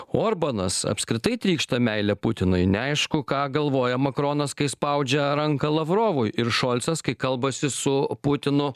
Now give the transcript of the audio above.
orbanas apskritai trykšta meile putinui neaišku ką galvoja makronas kai spaudžia ranką lavrovui ir šolcas kai kalbasi su putinu